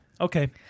okay